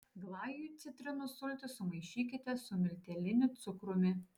glajui citrinų sultis sumaišykite su milteliniu cukrumi